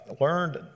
learned